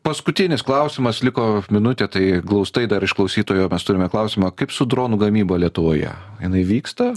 paskutinis klausimas liko minutė tai glaustai dar iš klausytojo mes turime klausimą kaip su dronų gamyba lietuvoje jinai vyksta